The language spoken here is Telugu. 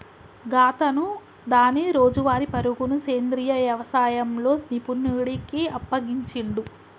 గాతను దాని రోజువారీ పరుగును సెంద్రీయ యవసాయంలో నిపుణుడికి అప్పగించిండు